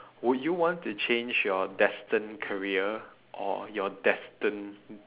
would you want to change your destined career or your destined